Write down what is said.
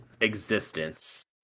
existence